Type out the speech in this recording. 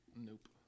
Nope